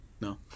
no